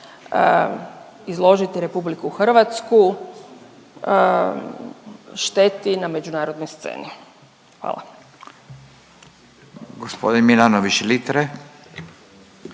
izložiti RH šteti na međunarodnoj sceni. Hvala.